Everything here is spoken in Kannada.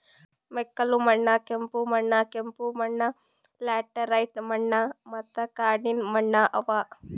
ಮೆಕ್ಕಲು ಮಣ್ಣ, ಕಪ್ಪು ಮಣ್ಣ, ಕೆಂಪು ಮಣ್ಣ, ಲ್ಯಾಟರೈಟ್ ಮಣ್ಣ ಮತ್ತ ಕಾಡಿನ ಮಣ್ಣ ಅವಾ